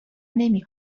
نمی